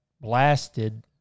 blasted